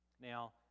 Now